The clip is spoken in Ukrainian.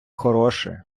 хороше